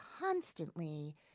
constantly